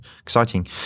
exciting